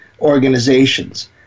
organizations